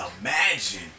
imagine